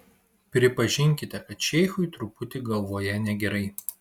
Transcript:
pripažinkite kad šeichui truputį galvoje negerai